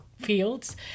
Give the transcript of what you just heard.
fields